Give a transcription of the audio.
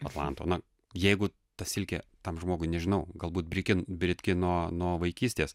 atlanto na jeigu ta silkė tam žmogui nežinau galbūt brikin britkino nuo vaikystės